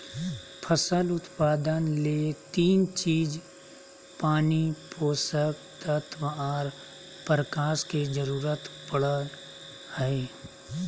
फसल उत्पादन ले तीन चीज पानी, पोषक तत्व आर प्रकाश के जरूरत पड़ई हई